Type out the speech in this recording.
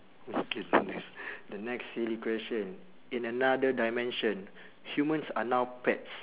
okay the next the next silly question in another dimension humans are now pets